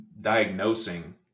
diagnosing